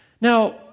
Now